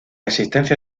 existencia